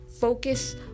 Focus